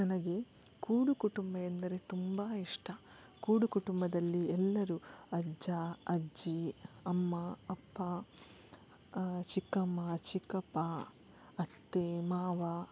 ನನಗೆ ಕೂಡು ಕುಟುಂಬ ಎಂದರೆ ತುಂಬಾ ಇಷ್ಟ ಕೂಡು ಕುಟುಂಬದಲ್ಲಿ ಎಲ್ಲರೂ ಅಜ್ಜ ಅಜ್ಜಿ ಅಮ್ಮ ಅಪ್ಪ ಚಿಕ್ಕಮ್ಮ ಚಿಕ್ಕಪ್ಪ ಅತ್ತೆ ಮಾವ